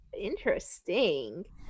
interesting